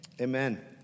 amen